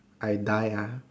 I die uh